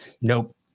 nope